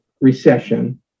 Recession